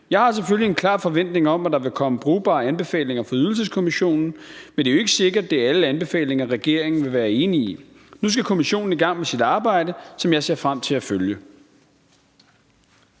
Jeg har selvfølgelig en klar forventning om, at der vil komme brugbare anbefalinger fra Ydelseskommissionen, men det er jo ikke sikkert, at det er alle anbefalinger, regeringen vil være enig i. Nu skal kommissionen i gang med sit arbejde, som jeg ser frem til at følge.